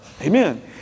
amen